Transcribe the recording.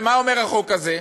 ומה אומר החוק הזה?